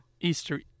easter